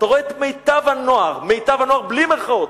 אתה רואה את מיטב הנוער, מיטב הנוער בלי מירכאות,